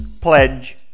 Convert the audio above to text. Pledge